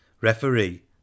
Referee